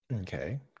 Okay